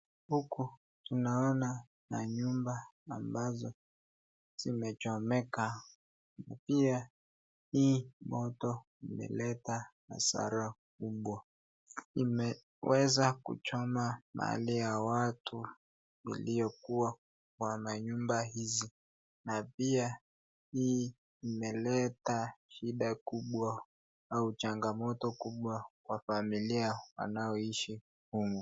Huku tunaona na nyumba ambazo zimechomeka na pia hii moto umeleta hasara kubwa. Imeweza kuchoma mahali ya watu waliokuwa wamenyumba hizi na pia hii imeleta shida kubwa au changamoto kubwa kwa familia wanaoishi humu.